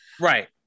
Right